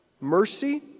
Mercy